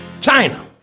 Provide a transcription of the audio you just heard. China